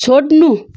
छोड्नु